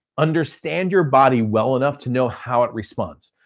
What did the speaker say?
understand your body well enough to know how it responds.